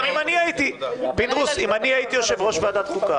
גם אם אני הייתי יושב-ראש ועדת החוקה